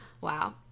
wow